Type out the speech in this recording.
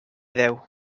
déu